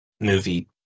movie